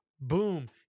boom